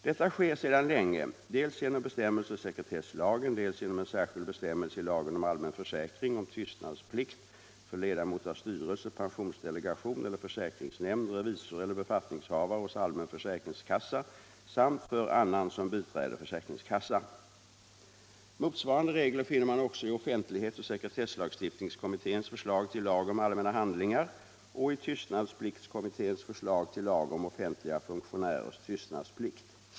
Detta sker sedan länge dels genom bestämmelser i sekretesslagen, dels genom en särskild bestämmelse i lagen om allmän försäkring om tystnadsplikt för ledamot av styrelse, pensionsdelegation eller försäkringsnämnd, revisor eller befattningshavare hos allmän försäkringskassa samt för annan som biträder försäkringskassa. Motsvarande regler finner man också i offentlighetsoch sekretesslagstiftningskommitténs förslag till lag om allmänna handlingar och i tystnadspliktskommitténs förslag till lag om offentliga funktionärers tystnadsplikt.